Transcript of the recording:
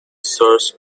source